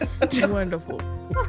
Wonderful